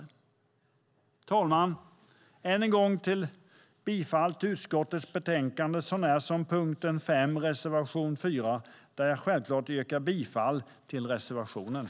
Fru talman! Än en gång yrkar jag bifall till utskottets förslag så när som på punkten 5, där jag yrkar bifall till reservation 4.